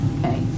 okay